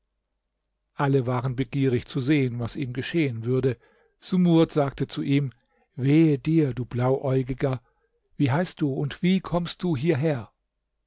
alle waren begierig zu sehen was ihm geschehen würde sumurd sagte zu ihm wehe dir du blauäugiger wie heißt du und wie kommst du hierher